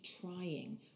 trying